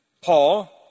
Paul